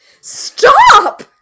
stop